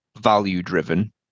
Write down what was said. value-driven